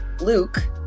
Luke